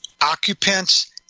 occupants